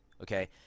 Okay